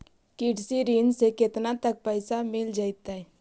कृषि ऋण से केतना तक पैसा मिल जइतै?